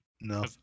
No